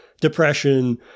depression